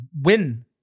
win